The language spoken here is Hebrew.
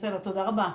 תודה רבה.